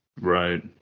right